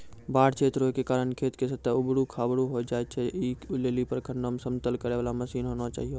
बाढ़ क्षेत्र होय के कारण खेत के सतह ऊबड़ खाबड़ होय जाए छैय, ऐ लेली प्रखंडों मे समतल करे वाला मसीन होना चाहिए?